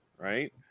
Right